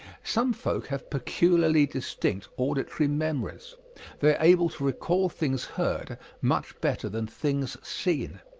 some folk have peculiarly distinct auditory memories they are able to recall things heard much better than things seen.